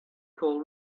call